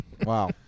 Wow